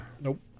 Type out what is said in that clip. Nope